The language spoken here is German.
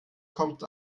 kommt